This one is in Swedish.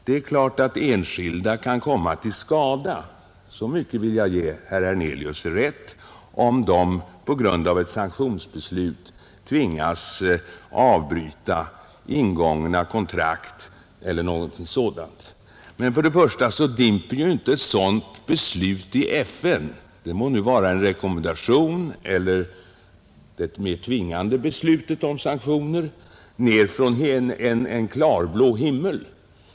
Det är klart att enskilda kan lida skada — så långt vill jag ge herr Hernelius rätt — om de på grund av ett sanktionsbeslut t.ex. tvingas bryta ingångna kontrakt. Men för det första dimper ju inte ett sådant beslut i FN — det må gälla en rekommendation eller ett mer tvingande beslut om sanktioner — ned från en klarblå himmel.